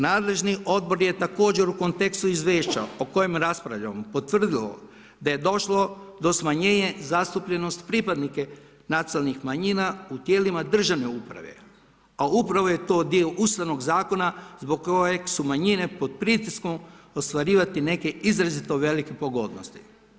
Nadležni odbor je također u kontekstu izvješća o kojem raspravljamo potvrdilo da je došlo do smanjenja zastupljenosti pripadnika nacionalnih manjina u tijelima državne uprave, a upravo je to dio Ustavnog zakona zbog kojeg su manjine pod pritiskom ostvarivati neke izrazito velike pogodnosti.